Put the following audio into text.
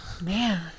man